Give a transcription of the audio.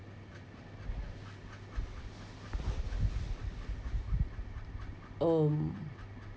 um